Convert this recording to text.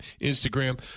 instagram